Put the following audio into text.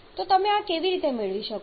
તો તમે આ કેવી રીતે મેળવી શકો